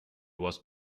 was